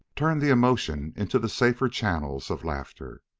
turned the emotion into the safer channel of laughter.